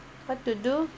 what to do